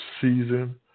season